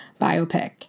biopic